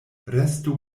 restu